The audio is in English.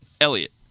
Elliot